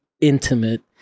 intimate